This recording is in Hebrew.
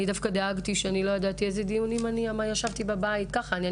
אני ישבתי בבית ודאגתי כי לא ידעתי איזה דיונים ככה אני,